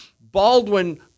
Baldwin